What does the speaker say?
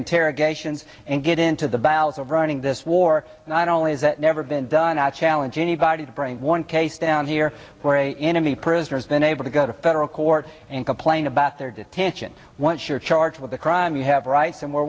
interrogations and get into the battles of running this war not only is that never been done i challenge anybody to bring one case down here where a enemy prisoners been able to go to federal court and complain about their detention once you're charged with a crime you have rights and we're